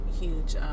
huge